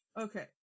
Okay